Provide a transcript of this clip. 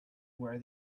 where